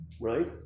right